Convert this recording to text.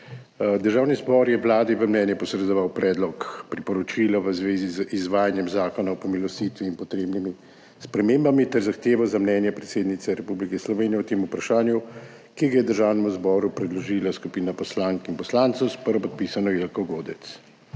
Državni zbor je Vladi v mnenje posredoval Predlog priporočila v zvezi z izvajanjem Zakona o pomilostitvi in potrebnimi spremembami ter zahtevo za mnenje predsednice Republike Slovenije o tem vprašanju, ki ga je Državnemu zboru predložila skupina poslank in poslancev s prvopodpisano Jelko Godec.